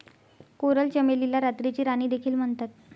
coral चमेलीला रात्रीची राणी देखील म्हणतात